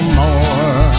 more